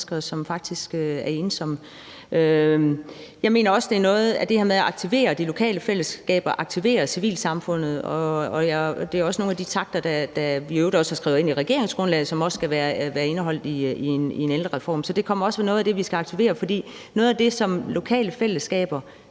som faktisk er ensomme. Jeg mener også, at det er noget af det her med at aktivere det lokale fællesskab og aktivere civilsamfundet – det er også nogle af de takter, der i øvrigt også er skrevet ind i regeringsgrundlaget – som også skal være indeholdt i en ældrereform. Så det kommer også med, at vi skal aktivere. For noget af det, som lokale fællesskaber